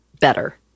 better